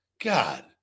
God